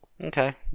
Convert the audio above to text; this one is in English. Okay